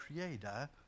creator